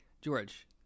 George